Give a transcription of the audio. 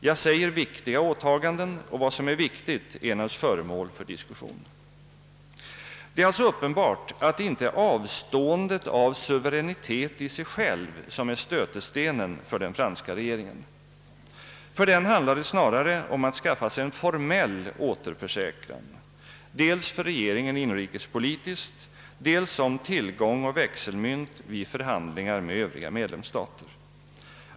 Jag säger viktiga åtaganden och vad som är viktigt är naturligtvis föremål för diskussion.» Det är alltså uppenbart att det inte är avståendet från suveränitetisig självt som är stötestenen för den franska regeringen. För den handlar det snarare om att skaffa sig en formell återförsäkran, dels för regeringen inrikespolitiskt, dels som tillgång och växelmynt vid förhandlingar med övriga medlemstater.